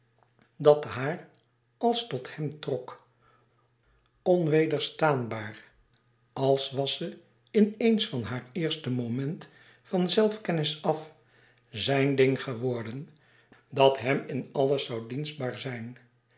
dat haar als tot hem trok onwederstaanbaar als was ze in eens van haar eerste moment van zelfkennis af zijn ding geworden dat hem in alles zoû dienstbaar zijn